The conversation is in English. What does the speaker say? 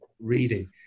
reading